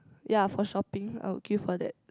ya for shopping I would queue for that